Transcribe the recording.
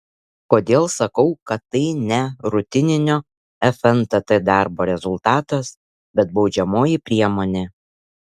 kodėl sakau kad tai ne rutininio fntt darbo rezultatas bet baudžiamoji priemonė